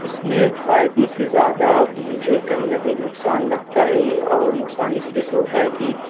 اس میں فائدے سے زیادہ مجھے کہیں نہ کہیں نقصان لگتا ہے اور نقصان اس وجہ سے ہوتا ہے کہ